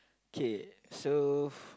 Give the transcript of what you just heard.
okay so